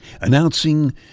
announcing